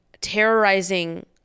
terrorizing